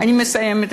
אני מסיימת.